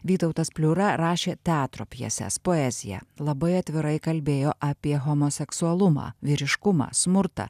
vytautas pliura rašė teatro pjeses poeziją labai atvirai kalbėjo apie homoseksualumą vyriškumą smurtą